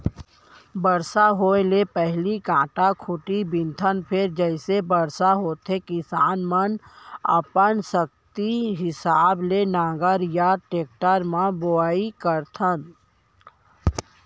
बरसा होए ले पहिली कांटा खूंटी बिनथन फेर जइसे बरसा होथे किसान मनअपन सक्ति हिसाब ले नांगर म या टेक्टर म बोआइ करथन